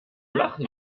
lachen